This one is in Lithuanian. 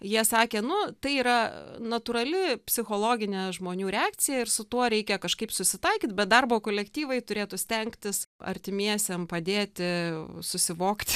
jie sakė nu tai yra natūrali psichologinė žmonių reakcija ir su tuo reikia kažkaip susitaikyt bet darbo kolektyvai turėtų stengtis artimiesiem padėti susivokti